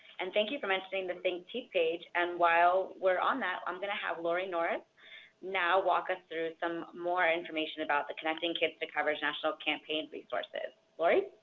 and thank you for mentioning the think teeth page. and while we're on that, i'm going to have laurie norris now walk us through more information about the connecting kids to coverage national campaign resources. laurie?